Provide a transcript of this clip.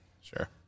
Sure